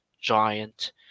giant